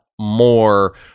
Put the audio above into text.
more